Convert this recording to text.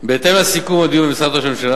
לסיכום הדיון במשרד ראש הממשלה,